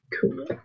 Cool